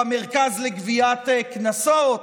במרכז לגביית קנסות,